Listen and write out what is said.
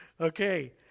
Okay